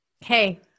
Hey